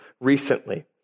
recently